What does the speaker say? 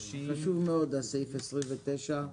חשוב מאוד סעיף 29,